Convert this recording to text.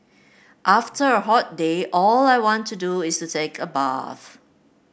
after a hot day all I want to do is take a bath